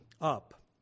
up